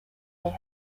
they